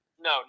No